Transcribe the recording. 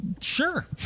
Sure